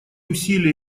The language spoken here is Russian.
усилия